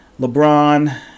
LeBron